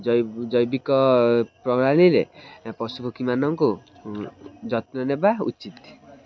ଜୈ ଜୈବିକ ପ୍ରଣାଳୀରେ ପଶୁପକ୍ଷୀମାନଙ୍କୁ ଯତ୍ନ ନେବା ଉଚିତ୍